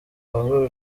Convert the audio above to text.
wawe